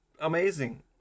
amazing